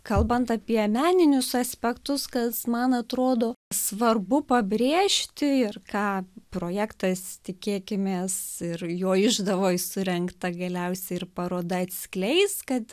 kalbant apie meninius aspektus kas man atrodo svarbu pabrėžti ir ką projektas tikėkimės ir jo išdavoj surengta galiausiai ir paroda atskleis kad